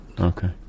Okay